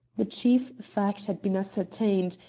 the chief fact had been ascertained,